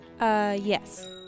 yes